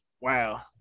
wow